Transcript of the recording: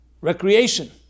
Recreation